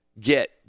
get